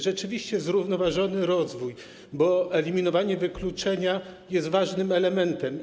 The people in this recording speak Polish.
Rzeczywiście zrównoważony rozwój, eliminowanie wykluczenia jest ważnym elementem.